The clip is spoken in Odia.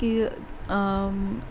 କି